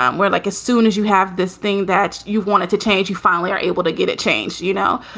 um we're like as soon as you have this thing that you wanted to change, you finally are able to get it changed, you know?